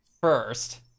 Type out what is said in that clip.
first